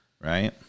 right